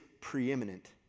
preeminent